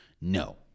No